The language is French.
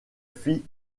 fit